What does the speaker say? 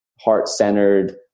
heart-centered